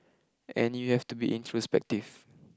and you have to be introspective